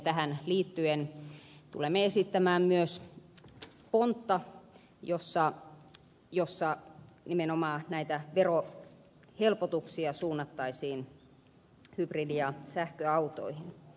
tähän liittyen tulemme esittämään myös pontta jossa nimenomaan verohelpotuksia suunnattaisiin hybridi ja sähköautoihin